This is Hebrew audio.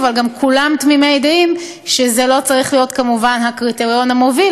אבל כולם גם תמימי דעים שזה לא צריך כמובן להיות הקריטריון המוביל,